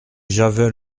j’avais